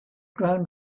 grown